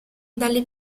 dalle